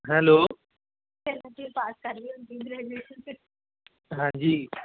hello ਹਾਂਜੀ